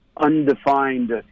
undefined